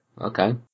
okay